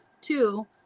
two